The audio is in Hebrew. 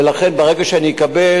ולכן ברגע שאקבל,